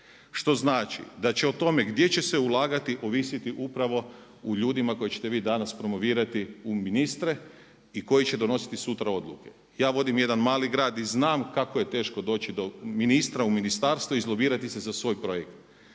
Što znači da će o tome gdje će se ulagati ovisiti upravo u ljudima koje ćete vi danas promovirati u ministre i koji će donositi sutra odluke. Ja vodim jedan mali grad i znam kako je teško doći do ministra u ministarstvu i izlobirati se za svoj projekt.